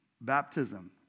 Baptism